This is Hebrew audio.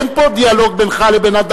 אין פה דיאלוג בינך לבין,